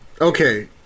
Okay